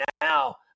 now